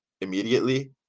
immediately